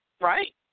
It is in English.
Right